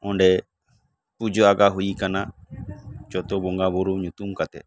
ᱚᱸᱰᱮ ᱯᱩᱡᱟ ᱟᱜᱟ ᱦᱩᱭ ᱟᱠᱟᱱᱟ ᱡᱚᱛᱚ ᱵᱚᱸᱜᱟ ᱵᱩᱨᱩ ᱧᱩᱛᱩᱢ ᱠᱟᱛᱮᱫ